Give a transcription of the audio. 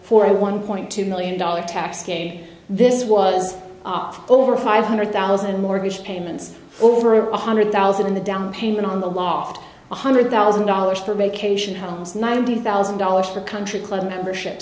for a one point two million dollars tax case this was over five hundred thousand mortgage payments over a one hundred thousand in the down payment on the loft one hundred thousand dollars for vacation homes ninety thousand dollars for a country club membership